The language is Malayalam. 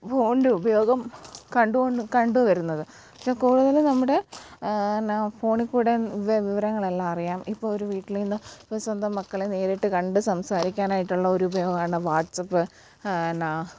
ഫോൺന്റെ ഉപയോഗം കണ്ടു കൊണ്ട് കണ്ടു വരുന്നത് പക്ഷേ കൂടുതലും നമ്മുടെ എന്നാൽ ഫോണിക്കൂടെ വെ വിരങ്ങളെല്ലാവറിയാം ഇപ്പോൾ ഒരു വീട്ടിലിന്ന് ഇപ്പം സ്വന്തം മക്കളെ നേരിട്ട് കണ്ട് സംസാരിക്കാനായിട്ടുള്ളൊരു ഉപയോഗവാണ് വാട്സപ്പ് എന്നാൽ